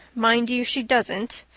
mind you she doesn't,